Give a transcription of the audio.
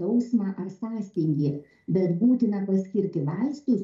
skausmą ar sąstingį bet būtina paskirti vaistus